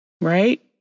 right